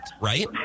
right